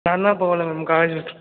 நான்தான் போவேனே மேம் காலேஜி விட்டு